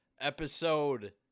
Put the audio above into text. episode